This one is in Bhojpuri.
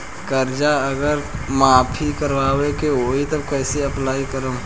कर्जा अगर माफी करवावे के होई तब कैसे अप्लाई करम?